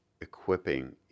equipping